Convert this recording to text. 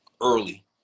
early